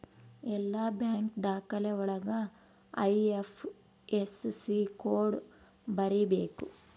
ಎಲ್ಲ ಬ್ಯಾಂಕ್ ದಾಖಲೆ ಒಳಗ ಐ.ಐಫ್.ಎಸ್.ಸಿ ಕೋಡ್ ಬರೀಬೇಕು